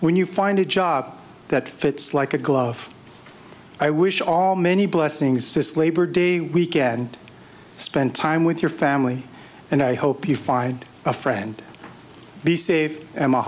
when you find a job that fits like a glove i wish all many blessings this labor day weekend spend time with your family and i hope you find a friend be safe and m